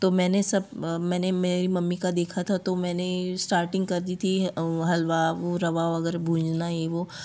तो मैंने सब मैंने मेरी मम्मी का देखा था तो मैंने स्टार्टिंग कर दी थी हलवा रवा वगैरह बनाई वो